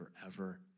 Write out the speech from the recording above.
forever